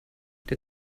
der